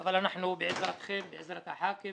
אבל אנחנו בעזרתכם, בעזרת חברי הכנסת